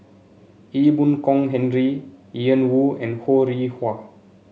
Ee Boon Kong Henry Ian Woo and Ho Rih Hwa